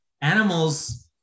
animals